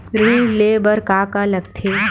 ऋण ले बर का का लगथे?